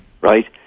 right